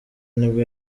nibwo